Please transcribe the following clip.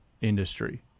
industry